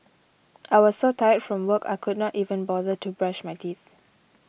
I was so tired from work I could not even bother to brush my teeth